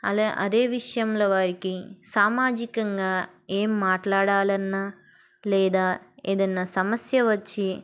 అలా అదే విషయంలో వారికి సామాజికంగా ఏం మాట్లాడాలన్నా లేదా ఏదైనా సమస్య వచ్చి